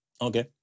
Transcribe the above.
Okay